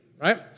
right